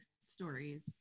stories